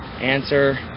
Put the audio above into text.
answer